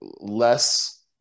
less